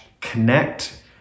connect